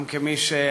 גם כמי ש,